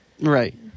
Right